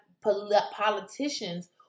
politicians